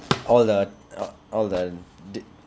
all the all the the